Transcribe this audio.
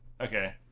Okay